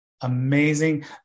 amazing